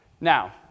Now